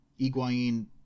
Iguain